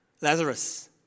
Lazarus